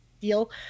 deal